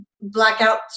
blackout